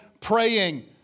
praying